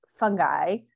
fungi